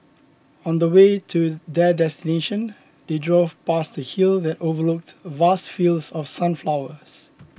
on the way to their destination they drove past a hill that overlooked vast fields of sunflowers